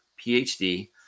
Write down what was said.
PhD